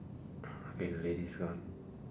okay the lady's gone